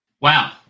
Wow